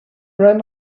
ran